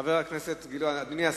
אבל אין לנו שר.